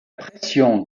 pression